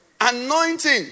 anointing